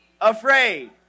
afraid